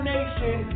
Nation